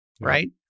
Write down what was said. right